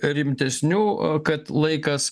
rimtesnių kad laikas